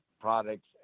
products